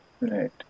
Right